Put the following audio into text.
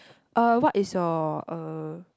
uh what is your uh